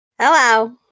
Hello